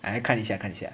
来看一下看一下